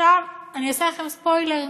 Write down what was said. אני אעשה לכם ספוילר,